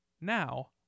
Now